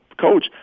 coach